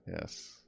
Yes